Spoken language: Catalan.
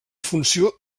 funció